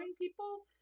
people